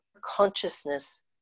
consciousness